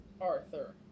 Arthur